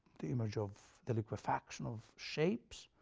the image of the liquefaction of shapes,